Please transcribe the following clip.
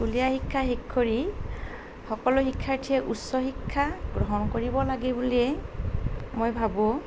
স্কুলীয়া শিক্ষা শেষ কৰি সকলো শিক্ষাৰ্থীয়ে উচ্চ শিক্ষা গ্ৰহণ কৰিব লাগে বুলিয়েই মই ভাবোঁ